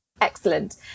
Excellent